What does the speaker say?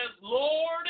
Lord